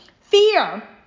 Fear